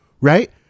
Right